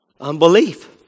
unbelief